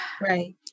Right